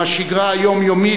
עם השגרה היומיומית,